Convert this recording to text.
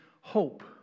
hope